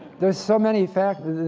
there are so many factors.